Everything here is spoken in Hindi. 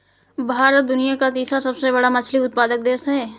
भारत दुनिया का तीसरा सबसे बड़ा मछली उत्पादक देश है